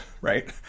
right